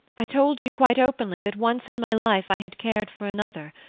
i told you quite openly that once in my life i had cared for another.